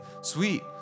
Sweet